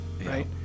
right